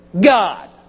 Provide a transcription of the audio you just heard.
God